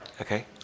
okay